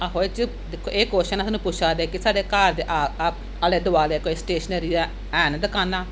आहो एह्दे च दिक्खो एह कोश्चन सानू पुच्छा दे कि सा़ढ़े घर दे आले दुआले कोई स्टेशनरी हैन दकानां